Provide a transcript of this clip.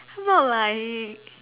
not like